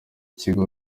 kigo